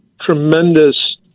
tremendous